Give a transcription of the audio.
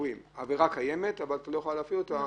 העבירה קיימת, רק את לא יכולה להפעיל אותה.